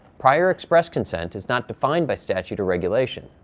prior express consent is not defined by statute or regulation.